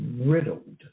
riddled